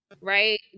right